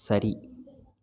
சரி